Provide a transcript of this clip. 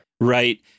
Right